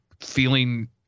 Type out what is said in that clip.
feeling